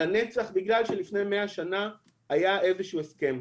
לנצח בגלל שלפני 100 שנה היה איזשהו הסכם?